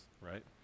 Right